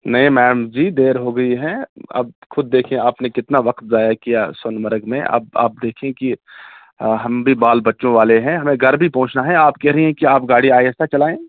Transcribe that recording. نہیں میم جی دیر ہو گئی ہے اب خود دیکھیے آپ نے کتنا وقت ضائع کیا سون مرگ میں اب آپ دیکھیے کہ ہم بھی بال بچوں والے ہیں ہمیں گھر بھی پہنچنا ہے آپ کہہ رہی ہیں کہ آپ گاڑی آہستہ چلائیں